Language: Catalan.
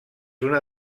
una